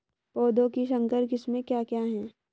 पौधों की संकर किस्में क्या क्या हैं?